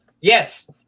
Yes